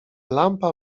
lampa